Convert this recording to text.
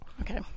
Okay